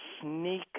sneak